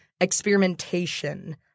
experimentation